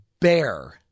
bear